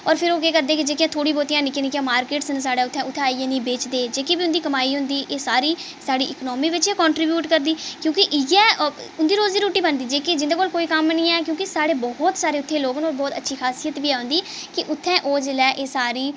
होर फिर ओह् केह् करदे कि जेह्कियां थोह्ड़ी बहोतियां निक्कियां निक्कियां मार्किट्स न साढ़े उत्थें उत्थें आइयै इ'नें गी बेचदे जेह्की बी उं'दी कमाई होंदी एह् सारी साढ़ी इकोनॉमी बिच गै कंट्रीब्यूट करदी क्योंकि इ'यै उंदी रोजी रुट्टी बनदी जेह्की जिं'दे कोल कोई कम्म निं ऐ क्योंकि साढ़े बहोत सारे उत्थें दे लोग न होर बहोत अच्छी खासियत बी ऐ उं'दी कि उ'त्थें ओह् जेल्लै एह् सारी